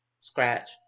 scratch